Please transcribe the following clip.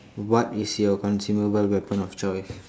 what is your consumable weapon of choice